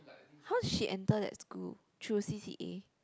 how she enter that school through C_C_A